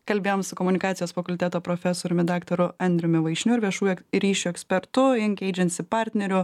kalbėjom su komunikacijos fakulteto profesoriumi daktaru andriumi vaišniu ir viešųjų ryšių ekspertu inkeidžensi partneriu